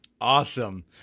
Awesome